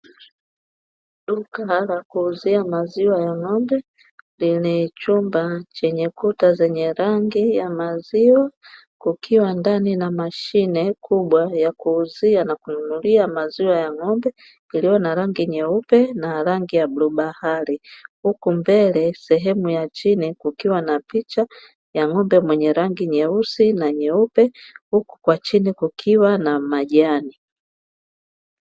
Duka la kuuzia maziwa ya ngombe lenye chumba chenye kuta zenye rangi ya maziwa, kukiwa ndani na mashine kubwa ya kuuzia na kununulia maziwa ya ng'ombe iliyo na rangi nyeupe na rangi ya bluu bahari. Huku mbele sehemu ya chini kukiwa na picha ya ng'ombe mwenye rangi nyeusi na nyeupe, huku kwa chini kukiwa na majani.